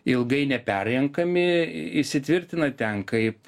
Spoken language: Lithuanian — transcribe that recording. ilgai neperrenkami įsitvirtina ten kaip